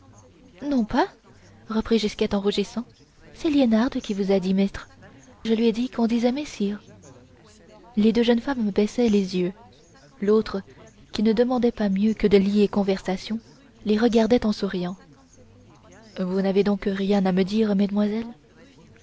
non pas reprit gisquette en rougissant c'est liénarde qui vous a dit maître je lui ai dit qu'on disait messire les deux jeunes filles baissaient les yeux l'autre qui ne demandait pas mieux que de lier conversation les regardait en souriant vous n'avez donc rien à me dire mesdamoiselles